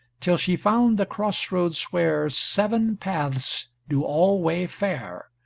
till she found the cross-roads where seven paths do all way fare,